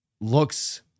looks